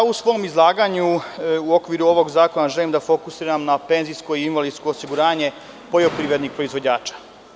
U svom izlaganju u okviru ovog zakona želim da se fokusiram na penzijsko i invalidsko osiguranje poljoprivrednih proizvođača.